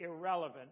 irrelevant